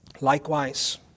likewise